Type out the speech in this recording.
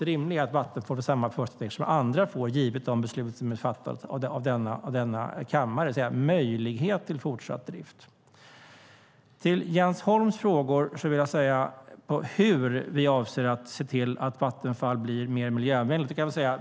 Det rimliga är att Vattenfall får samma förutsättningar som andra givet de beslut som är fattade av denna kammare, det vill säga möjlighet till fortsatt drift. Jens Holm frågade hur vi avser att se till att Vattenfall blir mer miljövänligt.